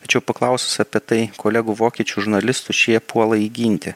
tačiau paklausus apie tai kolegų vokiečių žurnalistų šie puola jį ginti